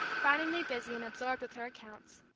frowningly busy and absorbed with her accounts.